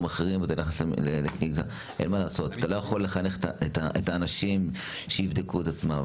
אחרים אתה לא יכול לחנך את האנשים לכך שייבדקו את עצמם.